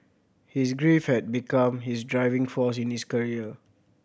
his grief had become his driving force in his career